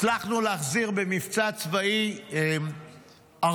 הצלחנו להחזיר במבצע צבאי ארבעה,